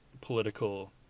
political